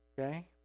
Okay